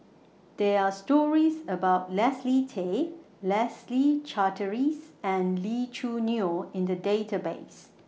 There Are stories about Leslie Tay Leslie Charteris and Lee Choo Neo in The Database